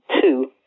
two